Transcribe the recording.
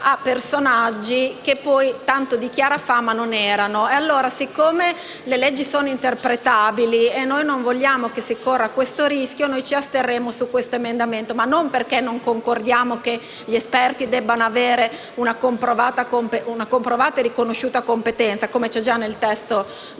a personaggi che poi tanto di chiara fama non erano. Siccome le leggi sono interpretabili e non vogliamo che si corra questo rischio, ci asterremo - ripeto - su questo emendamento, pur concordando sul fatto che gli esperti debbano avere una comprovata e riconosciuta competenza, come peraltro